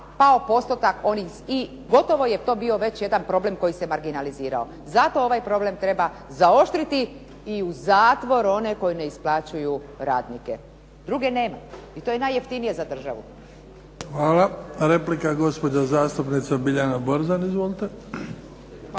pao postotak onih i gotovo je to bio problem koji se već marginalizirao, zato ovaj problem treba zaoštriti i u zatvor one koji ne isplaćuju radnike, druge nema, i to je najjeftinije za državu. **Bebić, Luka (HDZ)** Hvala. Replika gospođa zastupnica Biljana Borzan izvolite.